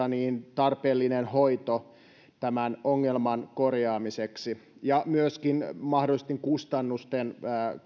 tarpeellinen hoito ongelman korjaamiseksi ja myöskin mahdollisten kustannusten